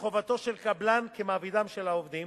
לחובתו של הקבלן כמעבידם של העובדים,